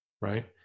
right